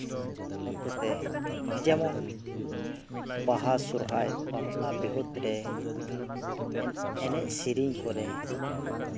ᱦᱚᱛᱮᱛᱮ ᱡᱮᱢᱚᱱ ᱵᱟᱦᱟ ᱥᱚᱨᱦᱟᱭ ᱵᱟᱯᱞᱟ ᱵᱤᱦᱟᱹ ᱨᱮ ᱮᱱᱮᱡ ᱮᱱᱮᱡ ᱥᱮᱹᱨᱮᱹᱧ ᱠᱚᱨᱮ